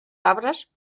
arbres